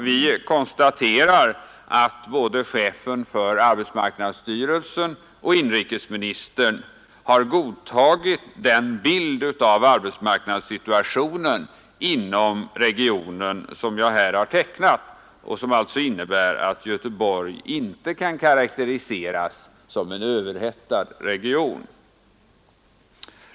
Vi konstaterar att både chefen för arbetsmarknadsstyrelsen och inrikesministern har godtagit den bild av arbetsmarknadssituationen inom regionen som jag här har tecknat och som innebär att Göteborg inte kan betecknas som en överhettad region.